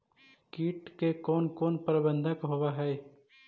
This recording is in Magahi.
किट के कोन कोन प्रबंधक होब हइ?